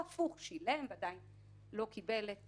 או הפוך שילם ועדיין לא קיבל את